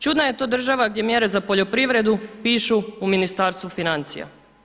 Čudna je to država gdje mjere za poljoprivredu pišu u Ministarstvu financija.